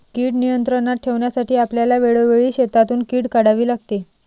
कीड नियंत्रणात ठेवण्यासाठी आपल्याला वेळोवेळी शेतातून कीड काढावी लागते